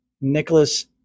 Nicholas